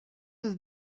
does